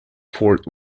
fort